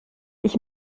ich